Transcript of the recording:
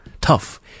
Tough